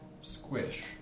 squish